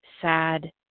sad